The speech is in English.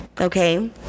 Okay